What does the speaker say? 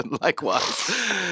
Likewise